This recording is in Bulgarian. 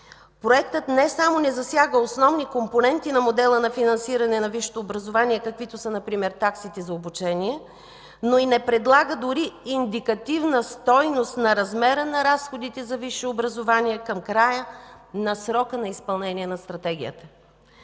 Проектът не само не засяга основни компоненти на модела на финансиране на висшето образование, каквито са например таксите за обучение, но и не предлага дори индикативна стойност на размера на разходите за висше образование към края на срока на изпълнение на Стратегията.